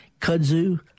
kudzu